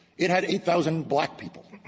it had eight thousand black people.